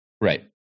Right